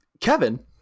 Kevin